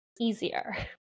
easier